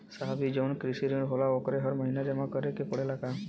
साहब ई जवन कृषि ऋण होला ओके हर महिना जमा करे के पणेला का?